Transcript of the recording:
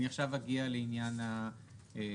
אני עכשיו אגיע לעניין הנוסח